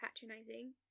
patronizing